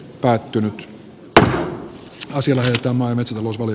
päättynyt asian asettamaan metsämuseon